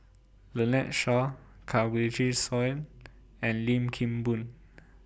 Lynnette Seah Kanwaljit Soin and Lim Kim Boon